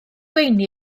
weini